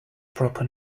proper